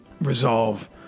resolve